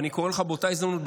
ואני קורא לך באותה הזדמנות,